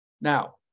now